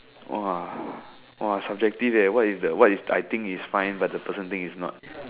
!wah! !wah! subjective eh what if the what if I think is fine but the person think it's not